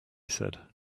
said